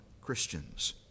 Christians